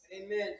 Amen